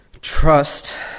Trust